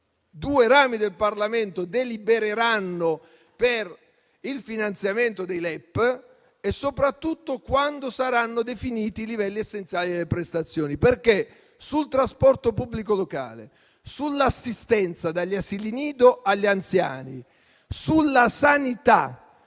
due rami del Parlamento delibereranno per il finanziamento dei LEP e, soprattutto, quando saranno definiti i livelli essenziali delle prestazioni. Sul trasporto pubblico locale, sull'assistenza, dagli asili nido agli anziani, sulla sanità